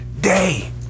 day